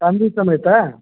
family ಸಮೇತ